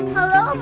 Hello